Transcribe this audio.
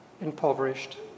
impoverished